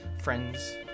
Friends